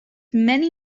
many